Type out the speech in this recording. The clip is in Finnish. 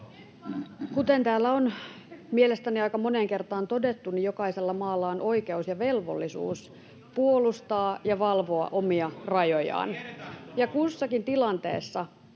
Kuten täällä on mielestäni aika moneen kertaan todettu, jokaisella maalla on oikeus ja velvollisuus puolustaa ja valvoa omia rajojaan.